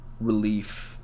relief